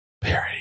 parody